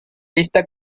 lista